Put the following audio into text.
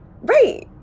Right